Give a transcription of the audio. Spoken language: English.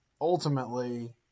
ultimately